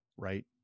right